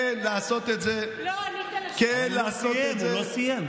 כן לעשות את זה, אתה לא ענית לשאלה.